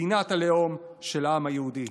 מדינת הלאום של העם היהודי.